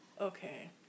Okay